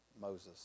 moses